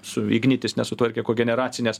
su ignitis nesutvarkė kogeneracinės